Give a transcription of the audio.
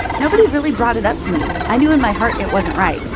nobody really brought it up to me. i knew in my heart it wasn't right.